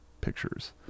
pictures